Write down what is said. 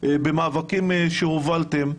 במאבקים שהובלתם.